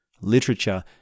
Literature